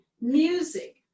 music